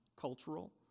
cultural